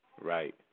Right